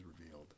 revealed